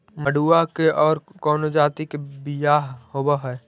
मडूया के और कौनो जाति के बियाह होव हैं?